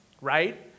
right